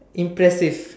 impressive